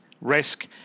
risk